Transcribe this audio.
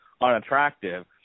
unattractive